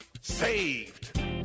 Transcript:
Saved